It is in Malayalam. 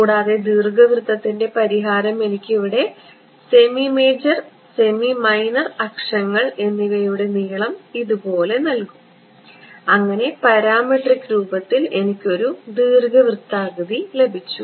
കൂടാതെ ദീർഘവൃത്തത്തിന്റെ പരിഹാരം എനിക്ക് ഇവിടെ സെമി മേജർ സെമി മൈനർ അക്ഷങ്ങൾ എന്നിവയുടെ നീളം ഇതുപോലെ നൽകും അങ്ങനെ പാരാമട്രിക് രൂപത്തിൽ എനിക്ക് ഒരു ദീർഘവൃത്താകൃതി ലഭിച്ചു